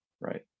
right